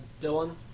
Dylan